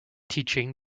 teaching